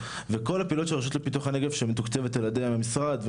וכל הפעילויות של הרשות לפיתוח הנגב שמתוקצבת על ידי המשרד,